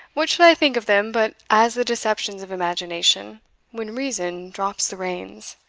what should i think of them but as the deceptions of imagination when reason drops the reins?